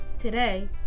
Today